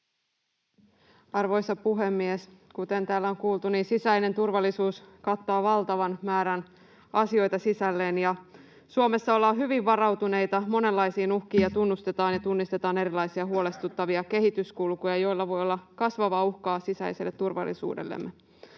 Arvoisa puhemies! Kuten täällä on kuultu, sisäinen turvallisuus kattaa valtavan määrän asioita sisälleen. Suomessa ollaan hyvin varautuneita monenlaisiin uhkiin ja tunnustetaan ja tunnistetaan erilaisia huolestuttavia kehityskulkuja, joista voi olla kasvavaa uhkaa sisäiselle turvallisuudellemme.